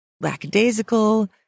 lackadaisical